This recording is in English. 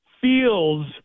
feels